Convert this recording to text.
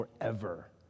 forever